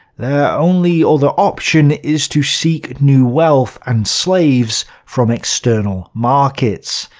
their only other option is to seek new wealth and slaves from external markets.